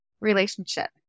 relationship